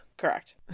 correct